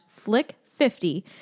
Flick50